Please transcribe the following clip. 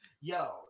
Yo